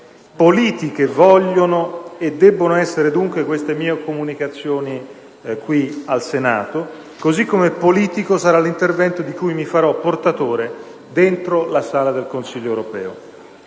Politiche vogliono e debbono essere dunque queste mie comunicazioni qui al Senato, così come politico sarà l'intervento di cui mi farò portatore dentro la sala del Consiglio europeo.